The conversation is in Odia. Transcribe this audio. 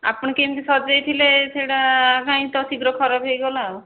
ଆପଣ କେମିତି ସଜାଇଥିଲେ ସେଇଟା କାହିଁକି ତ ଶୀଘ୍ର ଖରାପ ହୋଇଗଲା ଆଉ